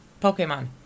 Pokemon